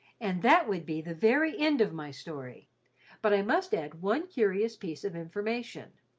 and that would be the very end of my story but i must add one curious piece of information,